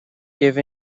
give